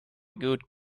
good